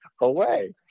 away